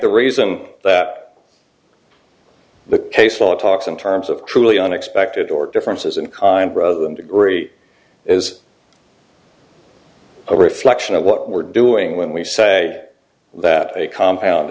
the reason that the case law talks in terms of truly unexpected or differences in kind rather than degree is a reflection of what we're doing when we say that a compound